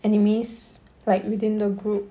enemies like within the group